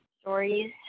stories